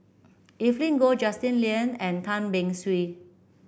Evelyn Goh Justin Lean and Tan Beng Swee